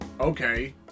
Okay